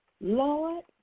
Lord